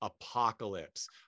Apocalypse